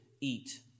eat